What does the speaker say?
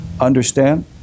understand